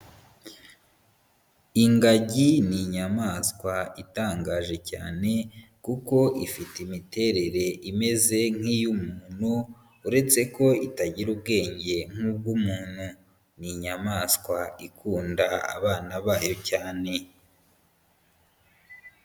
Ingagi ni inyamaswa itangaje cyane kuko ifite imiterere imeze nk'iy'umuntu, uretse ko itagira ubwenge nk'ubw'umuntu. Ni inyamaswa ikunda abana bayo cyane.